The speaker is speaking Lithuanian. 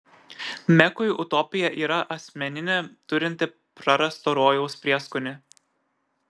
mekui utopija yra asmeninė turinti prarasto rojaus prieskonį